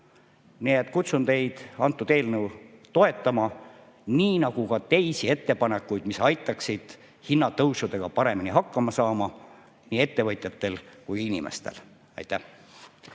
et kutsun teid üles seda eelnõu toetama, samuti toetama teisi ettepanekuid, mis aitaksid hinnatõusudega paremini hakkama saada nii ettevõtjatel kui ka inimestel. Aitäh!